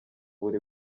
buri